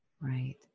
right